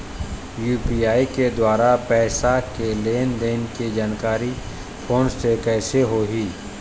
UPI के द्वारा पैसा के लेन देन के जानकारी फोन से कइसे होही?